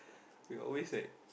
we were always like